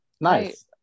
Nice